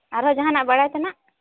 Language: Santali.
ᱟᱨᱚ ᱡᱟᱦᱟᱱᱟᱜ ᱵᱟᱲᱟᱭ ᱛᱮᱱᱟᱜ